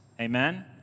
amen